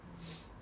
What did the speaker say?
oh